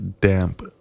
damp